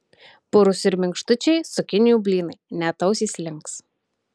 purūs ir minkštučiai cukinijų blynai net ausys links